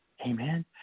Amen